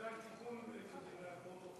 זה רק תיקון לפרוטוקול,